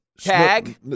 tag